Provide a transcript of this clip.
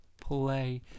play